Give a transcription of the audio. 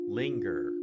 linger